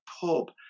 pub